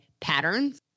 patterns